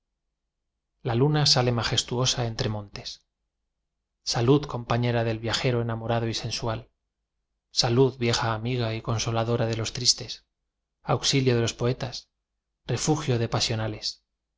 la luna sale majestuosa entre montes salud compañera del viajero enamorado y sensual salud vieja amiga y consolado ra de los tristes auxilio de los poetas re fugio de pasionales